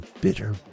bitter